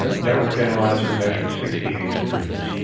ah network analyzer measured sixty eight degrees.